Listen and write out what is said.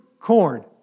Corn